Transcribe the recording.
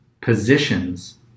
positions